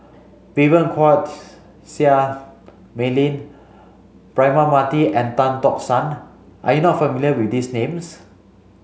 Vivien Quahe Seah Mei Lin Braema Mathi and Tan Tock San are you not familiar with these names